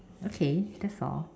okay that's all